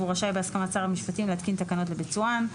והוא רשאי בהסכמת שר המשפטים להתקין תקנות לביצועם,